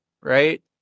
right